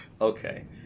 Okay